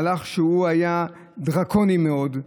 מהלך שהיה דרקוני מאוד,